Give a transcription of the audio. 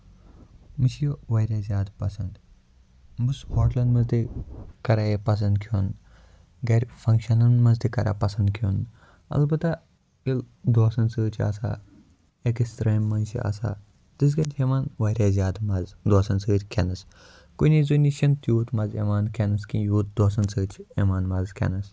مےٚ چھُ یہِ واریاہ زیادٕ پَسند بہٕ چھُس ہوٹلَن منٛز تہِ کران یہِ پَسند کھیٚون گرِ فَنکشنن منٛز تہِ کران پَسند کھیٚون اَلبتہ دۄستن سۭتۍ چھِ آسان أکِس ترامہِ منٛز چھِ آسان تِتھ کٲٹھۍ چھُ یِوان واریاہ زیادٕ مَزٕ دوستن سۭتۍ کھیٚنَس کُنے زنہِ چھُنہٕ تیوٗت مَزٕ یِوان کھیٚنَس کِہینۍ یوٗت دوستن سۭتۍ چھُ یِوان مَزٕ کھیٚنس